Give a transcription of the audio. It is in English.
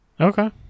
okay